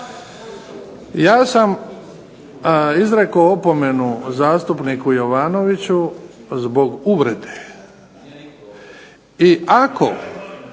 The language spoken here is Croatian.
Ja sam izrekao opomenu zastupniku Jovanoviću zbog uvrede i ako